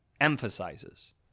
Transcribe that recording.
emphasizes